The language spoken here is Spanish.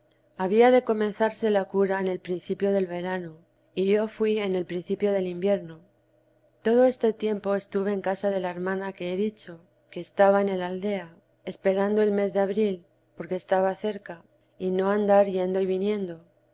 había de comenzarle la cura en el principio del verano y yo fui en el principio del invierno todo este tiempo estuve en casa de la hermana que he dicho que estaba en el aldea esperando ei mes de abril porque estaba terca y no andar yendo y viniendo